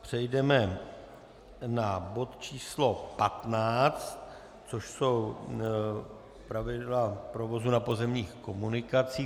Přejdeme na bod číslo 15, což jsou pravidla provozu na pozemních komunikacích.